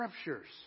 scriptures